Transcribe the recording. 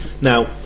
now